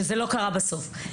שלא התקיים בסוף?